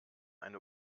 eine